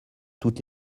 toutes